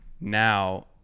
now